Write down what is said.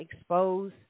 expose